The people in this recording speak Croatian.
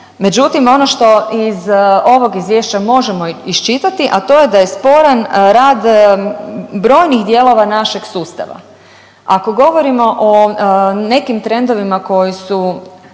međutim ono što iz ovog izvješća možemo iščitati, a to je da je sporan rad brojnim dijelova našeg sustava. Ako govorimo o nekim trendovima koji su